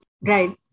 Right